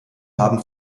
haben